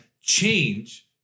change